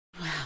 Wow